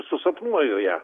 susapnuoju ją